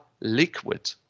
liquid